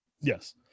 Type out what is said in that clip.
Yes